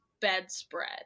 bedspread